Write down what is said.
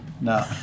No